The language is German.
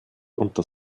unter